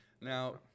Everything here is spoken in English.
Now